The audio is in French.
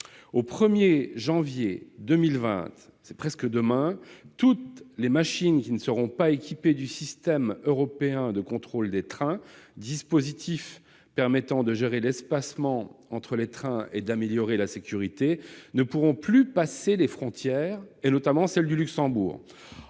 Au 1 janvier 2020- c'est presque demain -, toutes les machines qui ne seront pas équipées du système européen de contrôle des trains, dispositif permettant de gérer l'espacement entre les trains et d'améliorer la sécurité, ne pourront plus passer les frontières, notamment celles du Luxembourg.